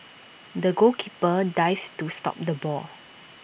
the goalkeeper dived to stop the ball